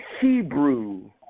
Hebrew